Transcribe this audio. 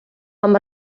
вам